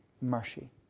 mercy